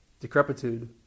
decrepitude